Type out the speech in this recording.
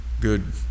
good